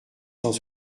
cent